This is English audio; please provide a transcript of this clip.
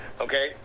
okay